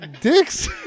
dicks